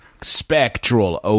Spectral